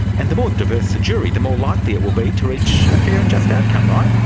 and the more diverse the jury, the more likely it will be to reach a fair and just outcome, right?